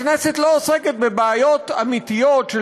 הכנסת לא עוסקת בבעיות אמיתיות של